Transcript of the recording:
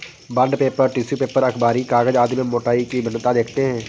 bond paper, tissue paper, अखबारी कागज आदि में मोटाई की भिन्नता देखते हैं